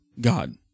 God